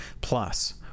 plus